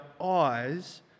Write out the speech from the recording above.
eyes